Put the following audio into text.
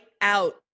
out